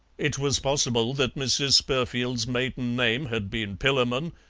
it was possible that mrs. spurfield's maiden name had been pillamon.